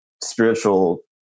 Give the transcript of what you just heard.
spiritual